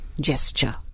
gesture